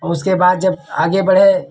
और उसके बाद जब आगे बढ़े